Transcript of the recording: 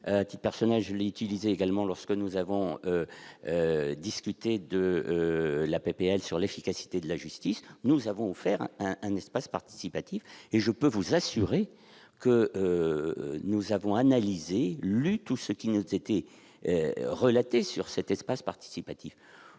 petits personnages l'inutilisés également lorsque nous avons discuté de la PPL sur l'efficacité de la justice, nous avons fait un espace participatif et je peux vous assurer que nous avons analysé lui tout ce qui nous était relaté sur cet espace participatif